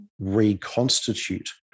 reconstitute